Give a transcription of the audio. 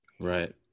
right